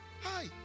Hi